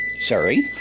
sorry